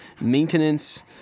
maintenance